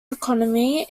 economy